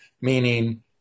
meaning